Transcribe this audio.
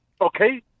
Okay